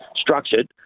structured